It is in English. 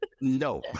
No